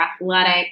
athletic